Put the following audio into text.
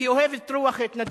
היא אוהבת את רוח ההתנדבות,